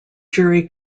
jury